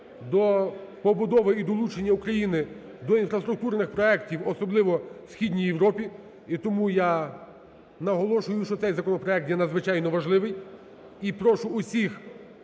до побудови і долучення України до інфраструктурних проектів, особливо в Східній Європі. І тому я наголошую, що цей законопроект є надзвичайно важливий і прошу усіх